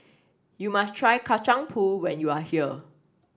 you must try Kacang Pool when you are here